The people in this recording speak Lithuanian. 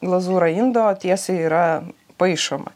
glazūra indo tiesiai yra paišoma